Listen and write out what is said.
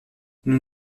nous